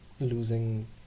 losing